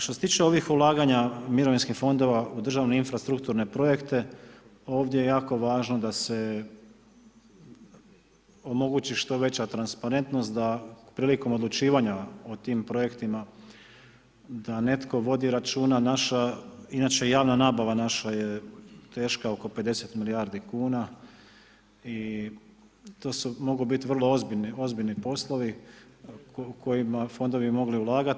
Što se tiče ovih ulaganja mirovinskih fondova u državne infrastrukturne projekte, ovdje je jako važno da se omogući što veća transparentnost da prilikom odlučivanja o tim projektima da netko vodi računa, naša, inače javna nabava naša je teška oko 50 milijardi kuna i to su, mogu biti vrlo ozbiljni poslovi u kojima fondovi mogli ulagati.